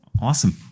Awesome